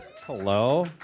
Hello